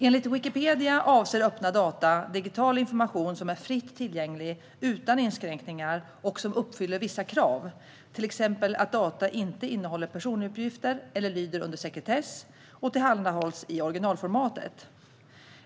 Enligt Wikipedia avser öppna data digital information som är fritt tillgänglig utan inskränkningar och som uppfyller vissa krav, till exempel att data inte innehåller personuppgifter eller lyder under sekretess, och tillhandahålls i originalformatet.